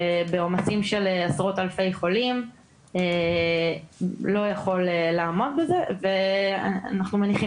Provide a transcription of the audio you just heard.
שבעומסים של עשרות אלפי חולים לא יכול לעמוד בזה ואנחנו מניחים